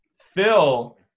Phil